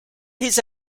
his